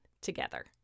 together